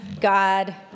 God